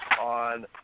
on